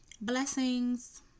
Blessings